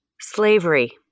Slavery